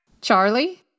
Charlie